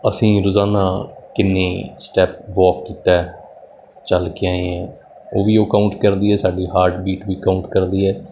ਅਸੀਂ ਰੋਜ਼ਾਨਾ ਕਿੰਨੇ ਸਟੈੱਪ ਵੋਕ ਕੀਤਾ ਹੈ ਚੱਲ ਕੇ ਆਏ ਹਾਂ ਉਹ ਵੀ ਉਹ ਕਾਊਂਟ ਕਰਦੀ ਹੈ ਸਾਡੀ ਹਾਰਟਬੀਟ ਵੀ ਕਾਊਂਟ ਕਰਦੀ ਹੈ